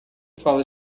fala